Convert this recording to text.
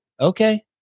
Okay